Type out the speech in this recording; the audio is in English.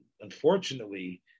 unfortunately